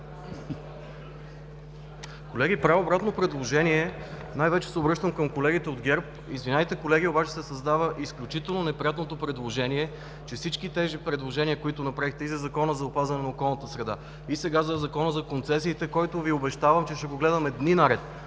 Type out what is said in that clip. Колеги, правя обратно предложение. Най-вече се обръщам към колегите от ГЕРБ. Извинявайте, колеги, обаче се създава изключително неприятното положение, че всички тези предложения, които направихте – и за Закона за опазване на околната среда, и сега за Закона за концесиите, който Ви обещавам, че ще го гледаме дни наред,